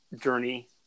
journey